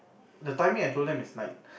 the timing I told them is night